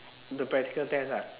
the practical test ah